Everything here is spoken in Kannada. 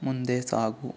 ಮುಂದೆ ಸಾಗು